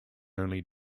only